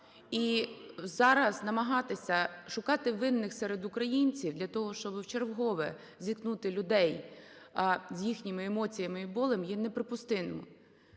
І зараз намагатися шукати винних серед українців для того, щоб вчергове зіткнути людей з їхніми емоціями і болем, є неприпустимо.